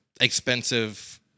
expensive